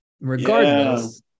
regardless